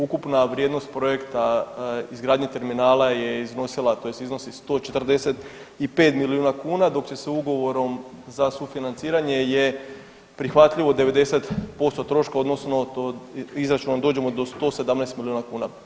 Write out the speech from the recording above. Ukupna vrijednost projekta izgradnje terminala je iznosila tj. iznosi 145 milijuna kuna, dok će se ugovorom za sufinanciranje je prihvatljivo 90% troškova odnosno to izračunom dođemo do 117 milijuna kuna.